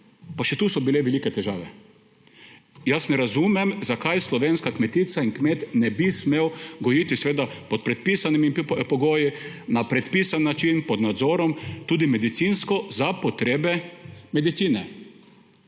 pa še tu so bile velike težave. Jaz ne razumem, zakaj slovenska kmetica in kmet ne bi smela gojiti – seveda pod predpisanimi pogoji, na predpisan način, pod nadzorom – tudi medicinsko konopljo za potrebe medicine?